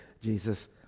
Jesus